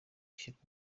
ishyirwa